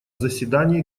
заседании